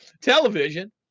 television